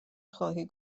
خواهی